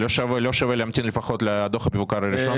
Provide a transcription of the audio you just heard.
לא שווה להמתין לפחות לדוח המבוקר הראשון?